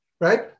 right